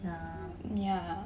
yeah